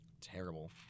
terrible